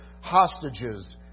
hostages